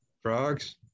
Frogs